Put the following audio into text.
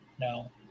No